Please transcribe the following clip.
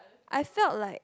I felt like